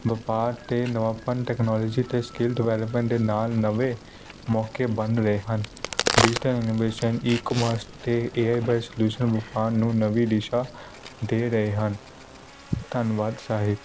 ਵਪਾਰ ਅਤੇ ਨਵਾਪਣ ਟੈਕਨੋਲੋਜੀ ਅਤੇ ਸਕਿਲ ਡਿਵੈਲਪਮੈਂਟ ਦੇ ਨਾਲ ਨਵੇਂ ਮੌਕੇ ਬਣ ਰਹੇ ਹਨ ਡਿਜੀਟਲ ਇਨੋਵੇਸ਼ਨ ਈਕਮਰਸ ਅਤੇ ਏ ਆਈ ਬਾਏ ਸਲਿਊਸ਼ਨ ਵਪਾਰ ਨੂੰ ਨਵੀ ਦਿਸ਼ਾ ਦੇ ਰਹੇ ਹਨ ਧੰਨਵਾਦ ਸਾਹਿਤ